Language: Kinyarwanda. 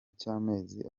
cy’amezi